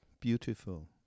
beautiful